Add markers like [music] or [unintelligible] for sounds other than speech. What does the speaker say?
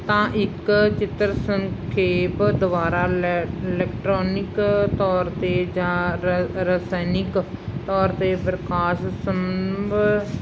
ਤਾਂ ਇੱਕ ਚਿੱਤਰ ਸੰਖੇਪ ਦੁਆਰਾ ਲੇ ਇਲੈਕਟ੍ਰੋਨਿਕ ਤੌਰ 'ਤੇ ਜਾਂ ਰ ਰਸਾਇਣਿਕ ਤੌਰ 'ਤੇ [unintelligible]